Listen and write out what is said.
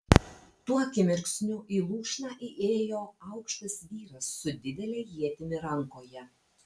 tuo akimirksniu į lūšną įėjo aukštas vyras su didele ietimi rankoje